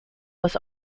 was